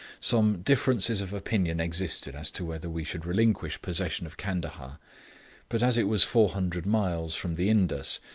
some differences of opinion existed as to whether we should relinquish possession of candahar but as it was four hundred miles from the indus,